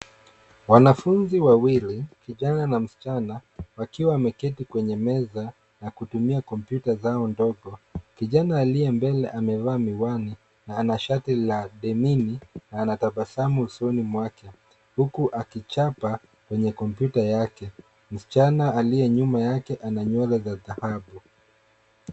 Wanafunzi wawili, kijana na msichana, wakiwa wameketi kwenye meza na kutumia kompyuta zao ndogo. Kijana aliye mbele amevaa miwani na ana shati la denim na ana tabasamu usoni mwake, huku akichapa kwenye kompyuta yake. Msichana aliye nyuma yake ana nywele za dhahabu.